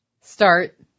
Start